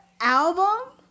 album